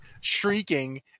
shrieking